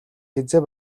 хэзээ